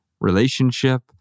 relationship